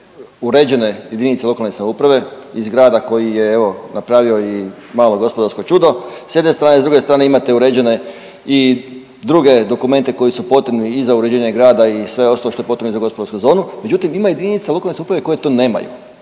uređene jedinice lokalne samouprave iz grada koji je evo napravio i malo gospodarsko čudo s jedne strane, s druge strane imate uređene i druge dokumente koji su potrebni i za uređenje grada i sve ostalo što je potrebno za gospodarsku zonu, međutim ima jedinica lokalne samouprave koje to nemaju.